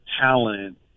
talent